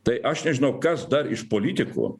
tai aš nežinau kas dar iš politikų